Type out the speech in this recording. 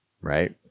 right